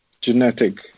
genetic